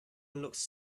looks